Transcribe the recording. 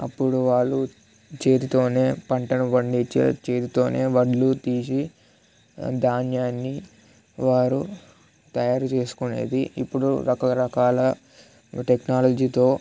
అప్పుడు వాళ్ళు చేతితోనే పంటను పండించే చేతితోనే వడ్లు తీసి ధాన్యాన్ని వారు తయారు చేసుకునేది ఇప్పుడు రకరకాల టెక్నాలజీతో